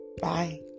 Bye